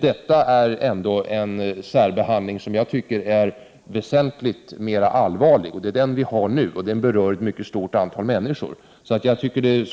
Detta är fråga om en särbehandling som är väsentligt allvarligare. Och den berör ett mycket stort antal människor. Det